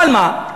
אבל מה,